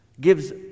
gives